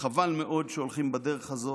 חבל מאוד שהולכים בדרך הזאת.